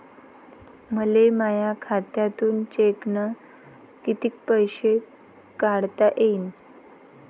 मले माया खात्यातून चेकनं कितीक पैसे काढता येईन?